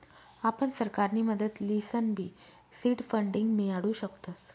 आपण सरकारनी मदत लिसनबी सीड फंडींग मियाडू शकतस